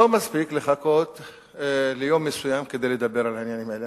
לא מספיק לחכות ליום מסוים כדי לדבר על העניינים האלה.